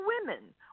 women